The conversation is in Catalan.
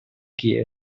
qui